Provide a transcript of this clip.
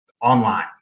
online